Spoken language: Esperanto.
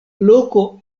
loko